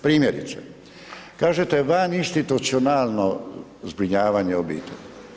Primjerice, kažete, vaninstitucionalno zbrinjavanje obitelji.